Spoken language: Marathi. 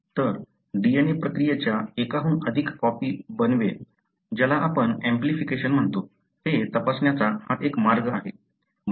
तर DNA प्रक्रियेच्या एकाहून अधिक कॉपी बनवेन ज्याला आपण अँप्लिफिकेशन म्हणतो ते तपासण्याचा हा एक मार्ग आहे